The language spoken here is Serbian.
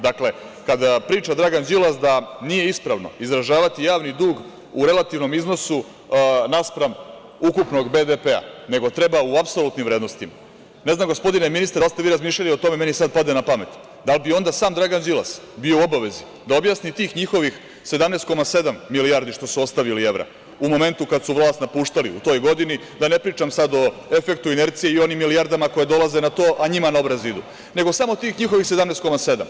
Dakle, kada priča Dragan Đilas da nije ispravno izražavati javni dug u relativnom iznosu naspram ukupnog BDP, nego treba u apsolutnim vrednostima, ne znam gospodine ministre, da li ste vi razmišljali o tome, meni sada pade na pamet, da li bi onda sam Dragan Đilas bio u obavezi da objasni tih njihovih 17,7 milijardi što su ostavili evra, u momentu kada su vlast napuštali u toj godini, da ne pričam sada o efektu, inerciji i onim milijardama koje dolaze na to, a njima na obraz idu, nego samo tih njihovih 17,7.